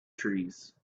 trees